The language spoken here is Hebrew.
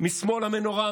משמאל המנורה,